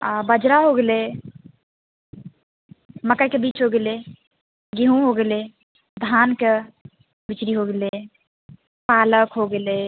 आ बाजरा हो गेलै मक्कइके बीच हो गेलै गेंहूॅं हो गेलै धानके बिचरी हो गेलै पालक हो गेलै